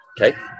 okay